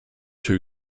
two